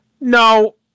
no